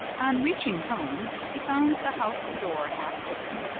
on reaching home, he found the house door half open.